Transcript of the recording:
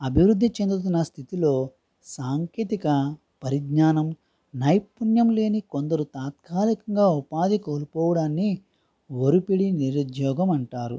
అభివృద్ధి చెందుతున్న స్థితిలో సాంకేతిక పరిజ్ఞానం నైపుణ్యం లేని కొందరు తాత్కాలికంగా ఉపాధి కోల్పోవడాన్ని ఒరిపిడి నిరుద్యోగం అంటారు